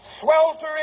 sweltering